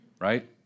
right